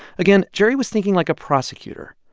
again, jerry was thinking like a prosecutor.